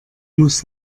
muss